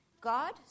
God